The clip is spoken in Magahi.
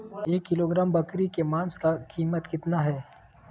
एक किलोग्राम बकरी के मांस का कीमत कितना है?